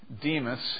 Demas